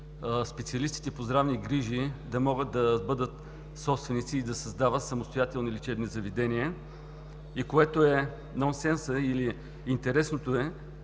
специалистите по здравни грижи да могат да бъдат собственици и да създават самостоятелни лечебни заведения. И което е нонсенс или интересното е,